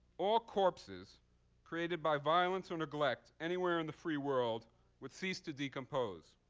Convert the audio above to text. all corpses created by violence or neglect anywhere in the free world would cease to decompose.